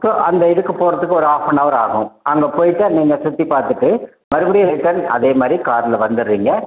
so அந்த இதுக்கு போகிறதுக்கு ஒரு ஹாஃப் நவர் ஆகும் அங்கே போயிட்டு நீங்கள் சுற்றி பார்த்துட்டு மறுபடியும் ரீட்டர்ன் அதேமாதிரி காரில் வந்துறீங்க